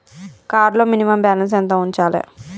Card లో minimum balance ఎంత ఉంచాలే?